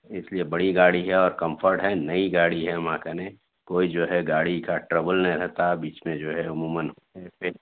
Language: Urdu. اس لیے بڑی گاڑی ہے اور کمفرٹ ہے نئی گاڑی ہے ہمارے کنے کوئی جو ہے گاڑی کا ٹربل نہیں رہتا بیچ میں جو ہے عموماً